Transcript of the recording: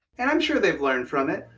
and i'm sure they've learned from it.